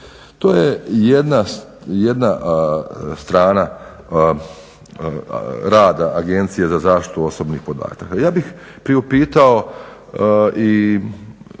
To je jedna strana rada Agencije za zaštitu osobnih podataka. Ja bih priupitao